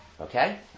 Okay